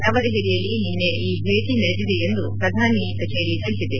ನವದೆಹಲಿಯಲ್ಲಿ ನಿನ್ನೆ ಈ ಭೇಟಿ ನಡೆದಿದೆ ಎಂದು ಪ್ರಧಾನಿ ಕಚೇರಿ ತಿಳಿಸಿದೆ